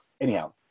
Anyhow